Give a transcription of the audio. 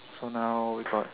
so now got